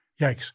yikes